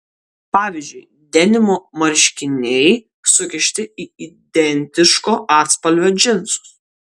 pavyzdžiui denimo marškiniai sukišti į identiško atspalvio džinsus